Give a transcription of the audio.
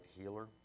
healer